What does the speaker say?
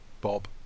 Bob